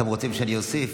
אתם רוצים שאני אוסיף?